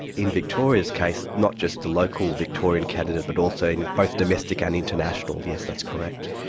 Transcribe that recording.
in victoria's case not just the local victorian candidate but also in both domestic and international, yes, that's correct.